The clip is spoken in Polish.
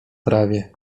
trawie